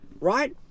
Right